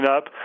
up